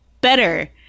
better